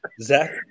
Zach